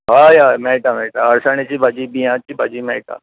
हय हय मेळटा मेळटा अळसाण्याची भाजी बियांची भाजी हय मेळटा